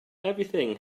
everything